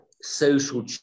social